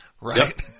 Right